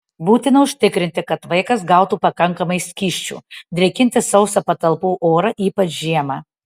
būtina užtikrinti kad vaikas gautų pakankamai skysčių drėkinti sausą patalpų orą ypač žiemą